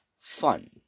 fun